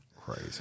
Crazy